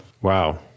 Wow